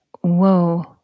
whoa